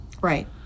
Right